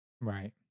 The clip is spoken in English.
Right